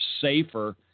safer